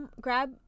grab